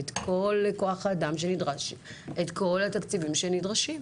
את כל כוח האדם הנדרש והתקציבים שנדרשים.